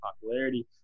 popularity